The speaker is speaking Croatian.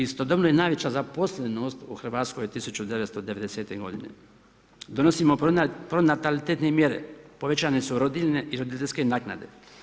Istodobno je najveća zaposlenost u Hrvatskoj je 1990. g. Donosimo pronatalitne mjere, povećane su rodiljne i roditeljske naknade.